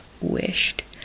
wished